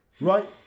right